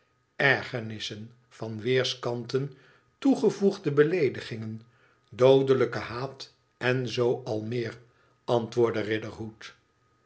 ergernissen van weerskanten toegevoegde beleedigingen doodelijken haat en zoo al meer antwoordde